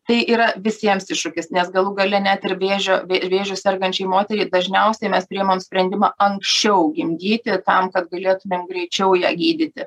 tai yra visiems iššūkis nes galų gale net ir vėžio vė vėžiu sergančiai moteriai dažniausiai mes priimam sprendimą anksčiau gimdyti tam kad galėtumėm greičiau ją gydyti